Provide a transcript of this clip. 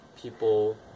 people